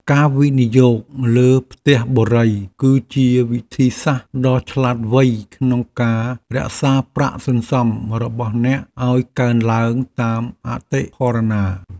ការវិនិយោគលើផ្ទះបុរីគឺជាវិធីសាស្ត្រដ៏ឆ្លាតវៃក្នុងការរក្សាប្រាក់សន្សំរបស់អ្នកឱ្យកើនឡើងតាមអតិផរណា។